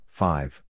five